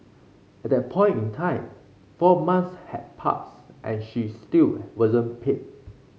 at that point in time four months had passed and she still wasn't paid